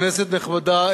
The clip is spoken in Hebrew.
כנסת נכבדה,